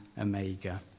Omega